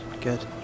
good